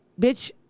Bitch